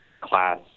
class